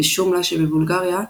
בשומלה שבבולגריה,